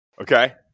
Okay